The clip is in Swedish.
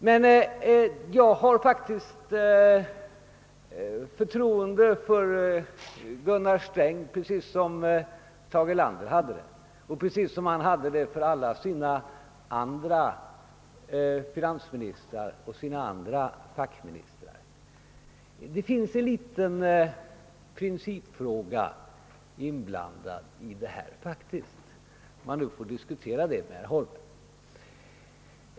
Men jag har förtroende för Gunnar Sträng, på samma sätt som Tage Erlander hade förtroende både för honom och för alla sina andra finansministrar och fackministrar. Den sak vi nu diskuterar har i någon mån en principiell innebörd, som jag vill ta upp, när jag nu diskuterar detta med herr Holmberg.